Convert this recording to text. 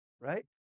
right